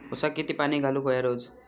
ऊसाक किती पाणी घालूक व्हया रोज?